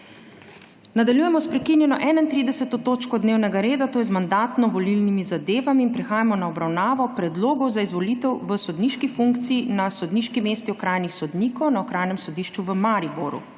Nadaljujemo s prekinjeno 31. točko dnevnega reda, to je z mandatno-volilnimi zadevami. Prehajamo na obravnavo Predlogov za izvolitev v sodniški funkciji na sodniški mesti okrajnih sodnikov na Okrajnem sodišču v Mariboru.